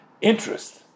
interest